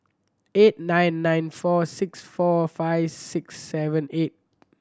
eight nine nine four six four five six seven eight